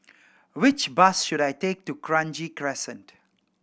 which bus should I take to Kranji Crescent